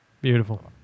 Beautiful